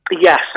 Yes